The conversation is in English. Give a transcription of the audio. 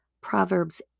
Proverbs